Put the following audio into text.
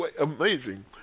amazing